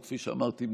וכפי שאמרתי,